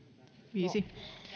viisi minuuttia